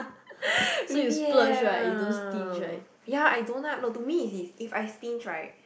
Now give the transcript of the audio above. really eh ya I don't like no to me is if I stinge right